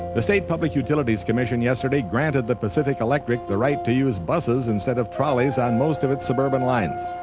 the state public utilities commission yesterday granted the pacific electric the right to use buses instead of trolleys on most of its suburban lines.